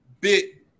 bit